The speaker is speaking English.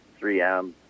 3M